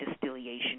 distillation